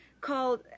called